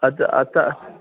अतः अतः